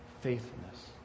faithfulness